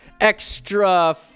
Extra